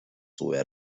were